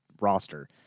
roster